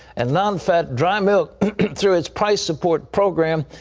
and nonfat dry milk through its price support program,